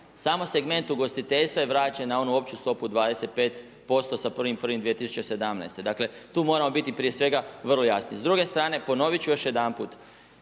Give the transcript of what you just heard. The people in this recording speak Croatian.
Samo segment ugostiteljstva je vraćen na onu opću stopu 25% sa 1.1.2017. Dakle, tu moramo biti prije svega vrlo jasni. S druge strane, ponovit ću još jedanput,